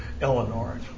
Eleanor